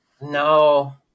No